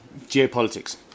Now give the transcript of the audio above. geopolitics